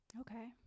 Okay